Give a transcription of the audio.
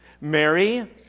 Mary